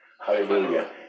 Hallelujah